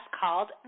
called